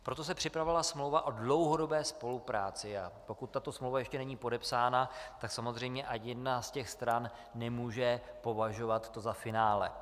Proto se připravila smlouva o dlouhodobé spolupráci, a pokud tato smlouva ještě není podepsána, tak samozřejmě ani jedna ze stran to nemůže považovat za finále.